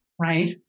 right